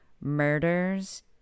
murders